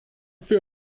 für